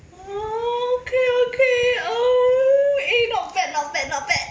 oh okay okay oh eh not bad not bad not bad